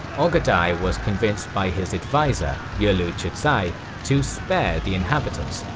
ogedai was convinced by his adviser, yelu chucai, to spare the inhabitants.